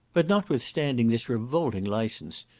but, notwithstanding this revolting license,